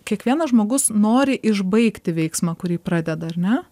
kiekvienas žmogus nori išbaigti veiksmą kurį pradeda ar ne